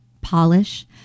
polish